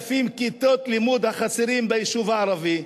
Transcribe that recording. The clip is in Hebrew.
8,000 כיתות לימוד החסרות ביישוב הערבי,